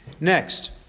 Next